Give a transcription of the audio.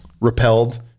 repelled